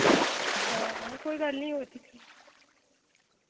हां कोई गल्ल निं होर दिखगी